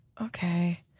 okay